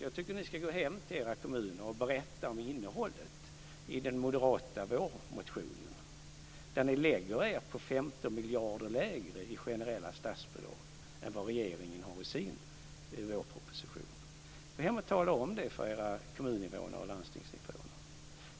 Jag tycker att ni ska gå hem till era kommuner och berätta om innehållet i den moderata vårmotionen, där ni lägger er på 15 miljarder mindre i generella statsbidrag än vad regeringen gör i sin vårproposition. Gå hem och tala om det för era kommuninvånare och landstingsinvånare.